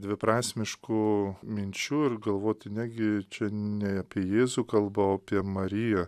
dviprasmiškų minčių ir galvoti negi čia ne apie jėzų kalba o apie mariją